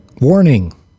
Warning